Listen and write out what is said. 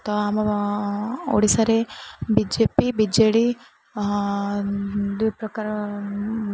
ତ ଆମ ଓଡ଼ିଶାରେ ବି J P B J D ଦୁଇ ପ୍ରକାର